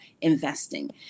investing